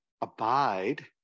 abide